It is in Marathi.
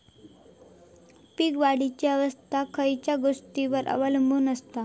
पीक वाढीची अवस्था खयच्या गोष्टींवर अवलंबून असता?